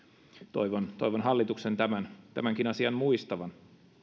toivon toivon hallituksen tämänkin asian muistavan